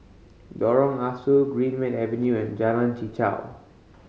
Lorong Ah Soo Greenmead Avenue and Jalan Chichau